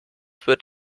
wird